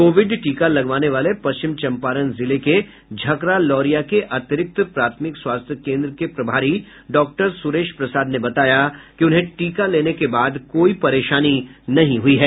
Covid टीका लगवाने वाले पश्चिम चम्पारण जिले के झकरा लौरिया के अतिरिक्त प्राथमिक स्वास्थ्य केन्द्र के प्रभारी डॉक्टर सुरेश प्रसाद ने बताया कि उन्हें टीका लेने के बाद कोई परेशानी नहीं हुई है